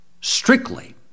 strictly